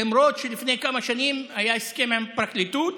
למרות שלפני כמה שנים היה הסכם עם הפרקליטות